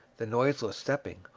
the noiseless stepping,